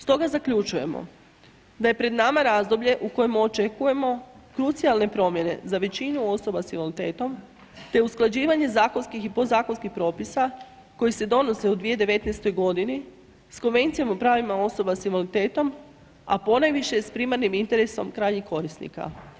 Stoga zaključujemo da je pred nama razdoblje u kojem očekujemo krucijalne promjene za većinu osoba sa invaliditetom te usklađivanje zakonskih i podzakonskih propisa koji se donose u 2019. s Konvencijom i pravima osoba sa invaliditetom a ponajviše s primarnim interesom krajnjeg korisnika.